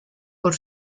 por